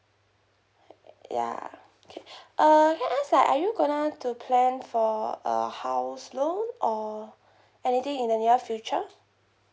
ya okay uh can I ask like are you going on to plan for a house loan or anything in the near future